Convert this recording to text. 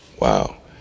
Wow